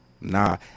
Nah